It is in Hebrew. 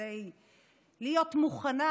כדי להיות מוכנה,